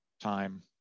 time